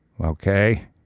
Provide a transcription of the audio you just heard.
Okay